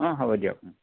অঁ হ'ব দিয়ক